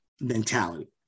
mentality